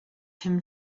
him